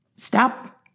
Stop